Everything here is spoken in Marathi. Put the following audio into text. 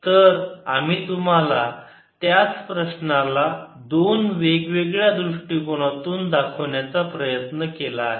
तर आम्ही तुम्हाला त्याच प्रश्नाला दोन वेगवेगळ्या दृष्टिकोनातून दाखवण्याचा प्रयत्न केला आहे